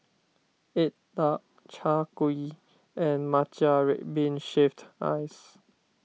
Egg Tart Chai Kuih and Matcha Red Bean Shaved Ice